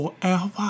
Forever